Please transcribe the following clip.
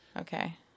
Okay